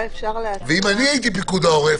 ואם אני הייתי פיקוד העורף,